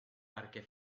perquè